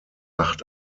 acht